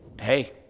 hey